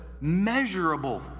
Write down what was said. measurable